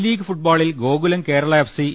I league ഫുട്ബോളിൽ Gokulam Kerala F